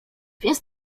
więc